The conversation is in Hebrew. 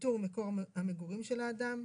איתור מקום המגורים של האדם.